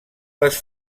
les